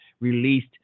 released